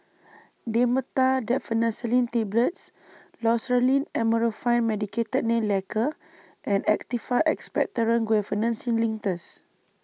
Dhamotil Diphenoxylate Tablets Loceryl Amorolfine Medicated Nail Lacquer and Actified Expectorant Guaiphenesin Linctus